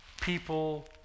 people